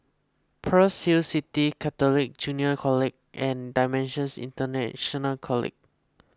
Pearl's Hill City Catholic Junior College and Dimensions International College